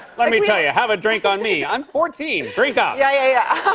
let me tell ya. have a drink on me. i'm fourteen. drink up! yeah, yeah, yeah.